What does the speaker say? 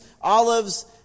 olives